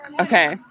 Okay